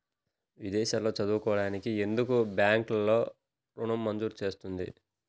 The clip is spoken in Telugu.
విదేశాల్లో చదువుకోవడానికి ఎందుకు బ్యాంక్లలో ఋణం మంజూరు చేస్తుంది?